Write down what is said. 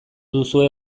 duzue